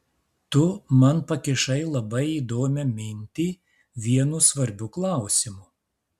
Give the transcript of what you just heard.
tu man pakišai labai įdomią mintį vienu svarbiu klausimu